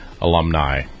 alumni